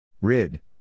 Rid